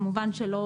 כמובן שלא